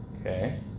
Okay